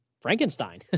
Frankenstein